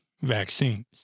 vaccines